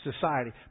society